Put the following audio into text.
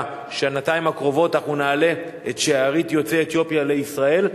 בשנתיים הקרובות אנחנו נעלה את שארית יוצאי אתיופיה לישראל,